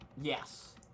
Yes